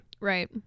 Right